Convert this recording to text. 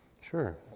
Sure